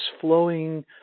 flowing